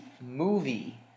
movie